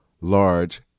large